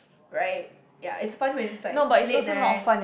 right ya it's fun when it's like late night